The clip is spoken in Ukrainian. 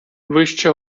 вище